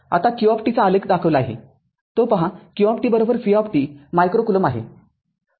आता q चा आलेख दाखविला आहे तो पहा q v मायक्रो कुलोम्ब आहे